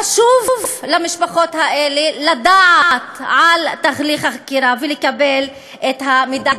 חשוב למשפחות האלה לדעת על תהליך החקירה ולקבל את המידע.